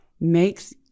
makes